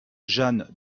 jeanne